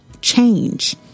change